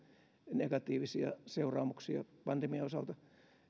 negatiivisia seuraamuksia pandemian osalta